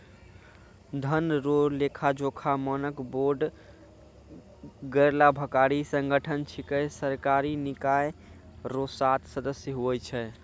धन रो लेखाजोखा मानक बोर्ड गैरलाभकारी संगठन छिकै सरकारी निकाय रो सात सदस्य हुवै छै